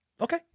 okay